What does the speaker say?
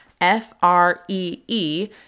F-R-E-E